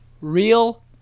real